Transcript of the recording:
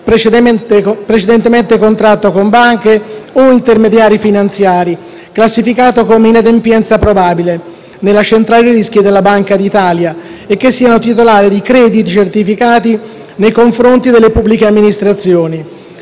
precedentemente contratto con banche o intermediari finanziari, classificato come «inadempienza probabile» nella centrale rischi della Banca d'Italia, e che siano titolari di crediti certificati nei confronti delle pubbliche amministrazioni.